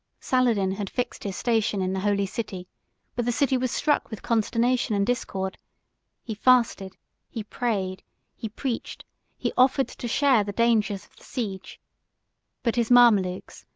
saladin had fixed his station in the holy city but the city was struck with consternation and discord he fasted he prayed he preached he offered to share the dangers of the siege but his mamalukes,